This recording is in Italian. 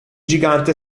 gigante